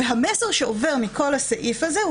והמסר שעובר מכל הסעיף הזה,